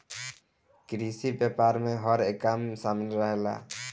कृषि व्यापार में हर एक काम शामिल रहेला